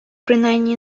принаймні